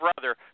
brother